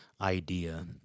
idea